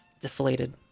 deflated